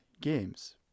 games